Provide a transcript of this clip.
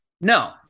No